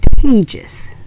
contagious